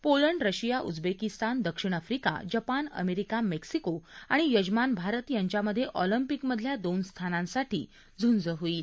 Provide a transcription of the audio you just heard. Poland Russia Uzbekistan दक्षिण Africa Japan America Mexico आणि यजमान भारत यांच्यामधे ऑल्म्पकमधल्या दोन स्थानांसाठी झुंज होईल